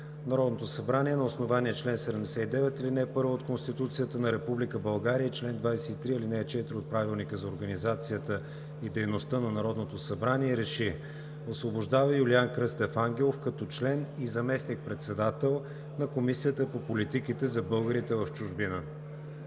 Народното събрание на основание чл. 79, ал. 1 от Конституцията на Република България и чл. 23, ал. 4 от Правилника за организацията и дейността на Народното събрание РЕШИ: Освобождава Юлиан Кръстев Ангелов като член и заместник-председател на Комисията по политиките за българите в чужбина.“